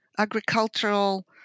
agricultural